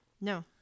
No